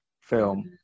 film